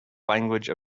language